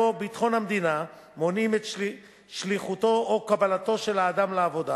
ביטחון המדינה מונעים את שליחותו או קבלתו של האדם לעבודה.